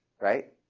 right